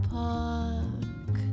park